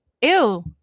ew